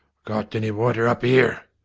got any water up ere?